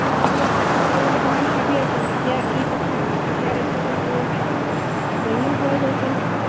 মই বোলে তোক ফোন কৰি সুধিম বুলি ভাবি আছোঁ কেতিয়া কি কথা কেতিয়া ৰেজিষ্টষ্ট্ৰেশ্যন কৰোঁগৈ দেৰিও হৈ গৈছে নহয়